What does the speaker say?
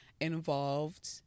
involved